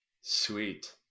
Sweet